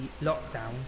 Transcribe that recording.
lockdown